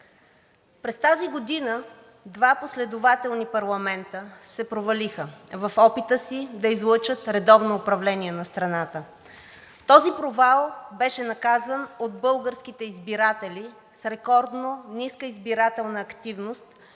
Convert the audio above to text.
През тази година два последователни парламента се провалиха в опита си да излъчат редовно управление на страната. Този провал беше наказан от българските избиратели с рекордно ниска избирателна активност